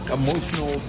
emotional